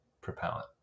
propellant